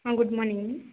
good morning అండి